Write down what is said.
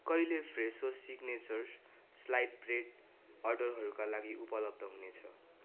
कहिले Fresho signature sliced bread अर्डरहरूका लागि उपलब्ध हुनेछ